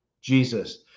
Jesus